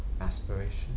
aspiration